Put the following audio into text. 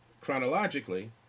chronologically